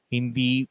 Hindi